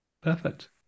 Perfect